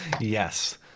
Yes